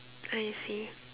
I see